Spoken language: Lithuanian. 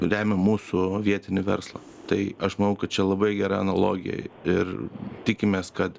remia mūsų vietinį verslą tai aš manau kad čia labai gera analogija ir tikimės kad